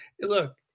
look